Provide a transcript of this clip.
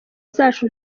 zacu